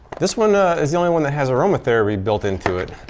this one is the only one that has aromatherapy built into it,